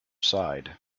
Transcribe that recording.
side